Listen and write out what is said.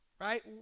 Right